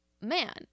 man